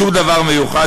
/ שום דבר מיוחד.